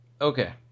Okay